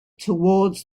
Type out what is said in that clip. towards